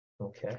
Okay